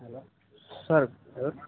hello sir ఎవరు